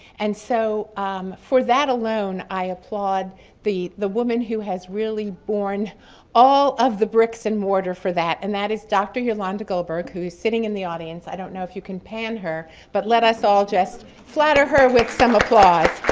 and so um for that alone, i applaud the the woman who has really born all of the bricks and mortar for that, and that is dr. yolanda goldberg, who is sitting in the audience. i don't know if you can pan her, but let us all just flatter her with so um applause.